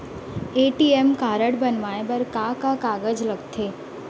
ATM card बनवाये बर का का कागज लगथे?